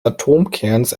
atomkerns